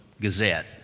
Gazette